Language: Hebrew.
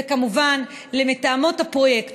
וכמובן למתאמות הפרויקט,